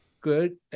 good